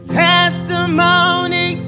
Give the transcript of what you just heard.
testimony